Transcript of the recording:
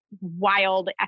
wild